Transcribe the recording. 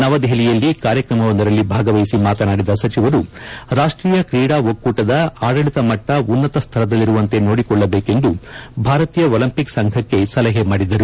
ನವದೆಹಲಿಯಲ್ಲಿ ಕಾರ್ಯಕ್ರಮವೊಂದರಲ್ಲಿ ಭಾಗವಹಿಸಿ ಮಾತನಾಡಿದ ಸಚಿವರು ರಾಷ್ವೀಯ ಕ್ರೀಡಾ ಒಕ್ಕೂಟದ ಆಡಳಿತ ಮಟ್ಟ ಉನ್ನತ ಸ್ತರದಲ್ಲಿರುವಂತೆ ನೋಡಿಕೊಳ್ಳಬೇಕೆಂದು ಭಾರತೀಯ ಒಲಿಂಪಿಕ್ ಸಂಘಕ್ಕೆ ಸಲಹೆ ಮಾಡಿದರು